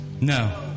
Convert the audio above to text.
No